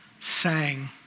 sang